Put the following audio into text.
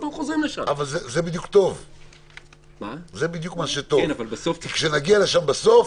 אבל זה בדיוק מה שטוב כי כשנגיע לשם בסוף,